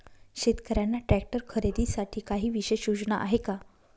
शेतकऱ्यांना ट्रॅक्टर खरीदीसाठी काही विशेष योजना आहे का?